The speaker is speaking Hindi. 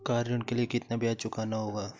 कार ऋण के लिए कितना ब्याज चुकाना होगा?